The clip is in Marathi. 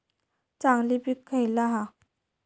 चांगली पीक खयला हा?